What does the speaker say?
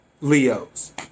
Leos